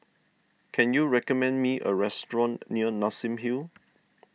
can you recommend me a restaurant near Nassim Hill